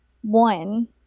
one